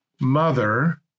mother